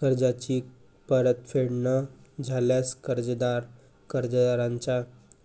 कर्जाची परतफेड न झाल्यास, कर्जदार कर्जदाराचा